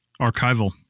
Archival